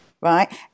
Right